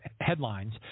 Headlines